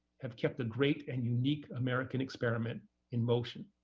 have kept a great and unique american experiment in motion.